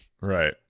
Right